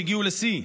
הגיעו בהן לשיא,